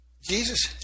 Jesus